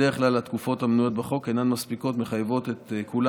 בדרך כלל התקופות המנויות בחוק אינן מספיקות ומחייבות את כולם